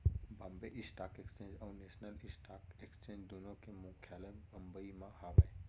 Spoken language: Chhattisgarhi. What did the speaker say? बॉम्बे स्टॉक एक्सचेंज और नेसनल स्टॉक एक्सचेंज दुनो के मुख्यालय बंबई म हावय